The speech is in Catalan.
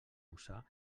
usar